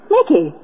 Nicky